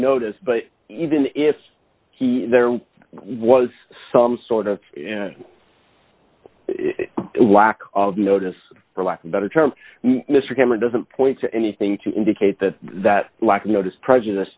notice but even if there was some sort of lack of notice for lack of better term mr cameron doesn't point to anything to indicate that that lack of notice prejudice